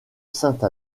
sainte